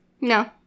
No